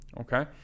Okay